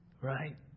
Right